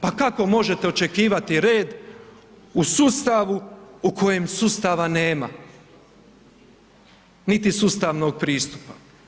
Pa kako možete očekivati red u sustavu u kojem sustava nema, niti sustavnog pristupa.